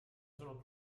sono